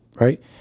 right